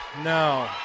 No